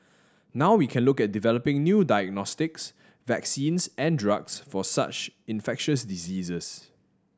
now we can look at developing new diagnostics vaccines and drugs for such infectious diseases